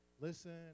Listen